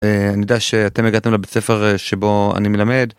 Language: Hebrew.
אני יודע שאתם הגעתם לבית ספר שבו אני מלמד.